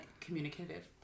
Communicative